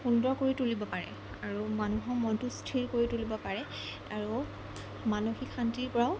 সুন্দৰ কৰি তুলিব পাৰে আৰু মানুহৰ মনটো স্থিৰ কৰি তুলিব পাৰে আৰু মানসিক শান্তিৰপৰাও